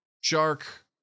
shark